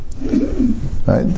Right